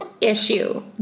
Issue